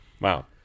Wow